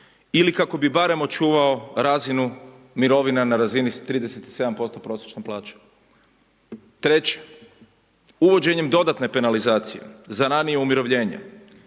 ili kako bi barem očuvao razinu mirovina na razini sa 37% prosječne plaće? Treće. Uvođenjem dodatne penalizacije za ranije umirovljenje